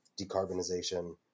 decarbonization